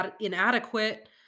inadequate